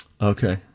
Okay